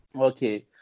okay